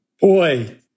Boy